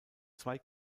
zwei